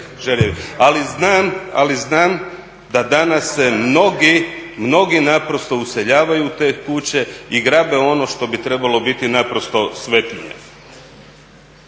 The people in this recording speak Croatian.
Ali znam da danas mnogi naprosto useljavaju u te kuće i grabe ono što bi trebalo biti naprosto svetinja.